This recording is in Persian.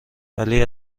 ولی